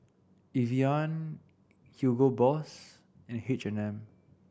Evian Hugo Boss and H and M